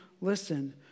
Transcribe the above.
listen